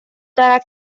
دارد